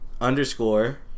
underscore